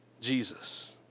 Jesus